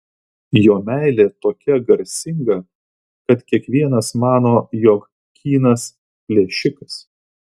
jo meilė tokia garsinga kad kiekvienas mano jog kynas plėšikas